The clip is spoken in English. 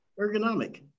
ergonomic